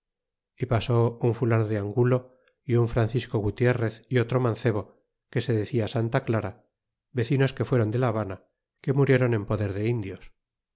y pasó un fulano de ángulo é un francisco gutierrez y otro mancebo que se decía santa clara vecinos que fuéron de la habana que murieron en poder de indios